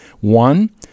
One